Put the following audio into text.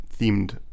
themed